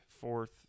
fourth